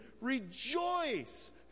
Rejoice